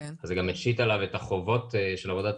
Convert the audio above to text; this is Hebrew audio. אז זה גם ישית עליו את החובות של עבודת